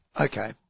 Okay